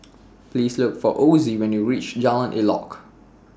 Please Look For Ozie when YOU REACH Jalan Elok